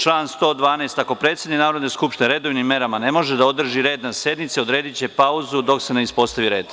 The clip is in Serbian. Član 112. – ako predsednik Narodne skupštine redovnim merama ne može da održi red na sednici, odrediće pauzu dok se ne uspostavi red.